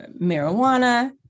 marijuana